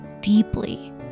deeply